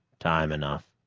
time enough.